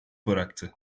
bıraktı